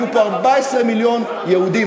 ויהיו פה 14 מיליון יהודים,